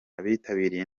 abitabiriye